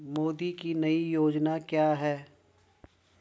मोदी की नई योजना क्या है?